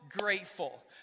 grateful